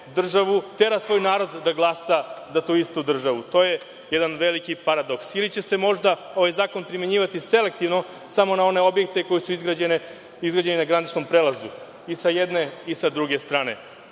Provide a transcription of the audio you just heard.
tera svoj narod da glasa za tu istu državu. To je jedan veliki paradoks. Ili će se možda ovaj zakon primenjivati selektivno samo na one objekte koji su izgrađeni na graničnom prelazu i sa jedne i sa druge strane.